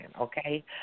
Okay